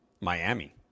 Miami